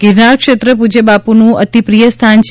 ગિરનાર ક્ષેત્ર પૂજ્ય બાપુ નું અતિ પ્રિય સ્થાન છે